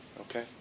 Okay